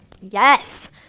Yes